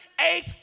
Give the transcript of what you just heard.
eight